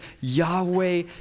Yahweh